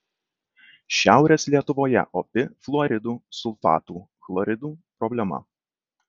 šiaurės lietuvoje opi fluoridų sulfatų chloridų problema